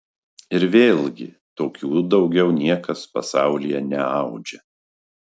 ir vėlgi tokių daugiau niekas pasaulyje neaudžia